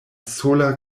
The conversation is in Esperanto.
sola